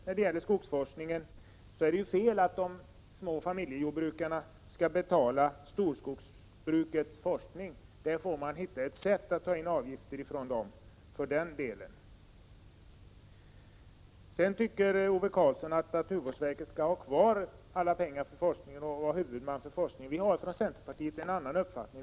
När det gäller skogsforskningen är det fel att de små familjejordbrukarna skall betala storskogsbrukets forskning. Det är nödvändigt att finna ett sätt att ta in avgifter från de stora skogsägarna. Ove Karlsson anser att naturvårdsverket skall fortsätta att vara huvudman för forskningen och ha ansvaret för alla pengar. Vi i centerpartiet har en annan uppfattning.